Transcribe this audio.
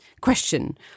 Question